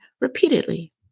repeatedly